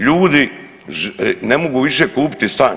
Ljudi ne mogu više kupiti stan.